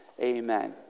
amen